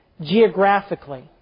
geographically